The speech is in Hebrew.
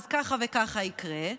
אז ככה וככה יקרה.